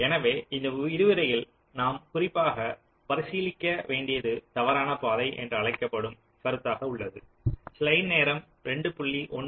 எனவே இந்த விரிவுரையில் நாம் குறிப்பாக பரிசீலிக்க வேண்டியது தவறான பாதை என்று அழைக்கப்படும் கருத்தாக உள்ளது